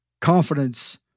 confidence